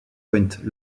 point